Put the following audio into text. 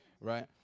right